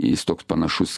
jis toks panašus